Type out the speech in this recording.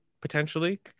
potentially